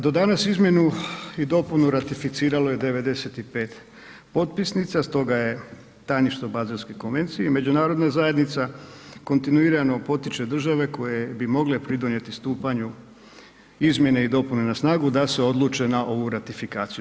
Do danas izmjenu i dopunu ratificiralo je 95 potpisnica, stoga je tajništvo Balselske konvencije i međunarodna zajednica kontinuirano potiče države koje bi mogle pridonijeti stupanju izmjene i dopune na snagu da se odluče na ovu ratifikaciju.